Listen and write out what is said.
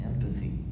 empathy